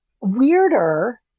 weirder